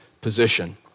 position